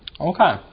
Okay